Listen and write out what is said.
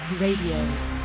Radio